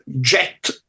jet